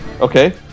Okay